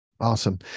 Awesome